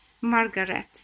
margaret